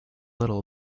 little